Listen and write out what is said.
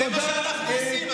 זה מה שאנחנו עושים.